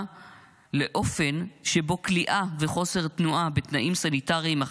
לאופן שבו כליאה וחוסר תנועה בתנאים סניטריים,